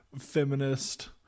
feminist